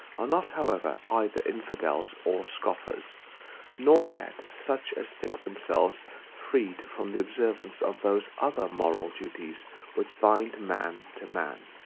are not, however, either infidels or scoffers nor yet such as think themselves freed from the observance of those other moral duties which bind man to man.